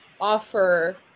offer